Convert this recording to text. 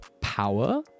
Power